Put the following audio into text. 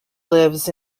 lives